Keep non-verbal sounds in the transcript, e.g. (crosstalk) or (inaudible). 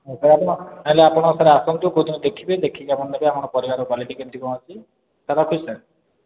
(unintelligible) sir ଆପଣ ଆସନ୍ତୁ କେଉଁ ଦିନ ଦେଖିବେ ଦେଖିକି ଆପଣ ନେବେ ଆପଣଙ୍କର ପରିବା କ୍ୱାଲିଟି କେମତି କ'ଣ ଅଛି ସାର ରଖୁଛି ସାର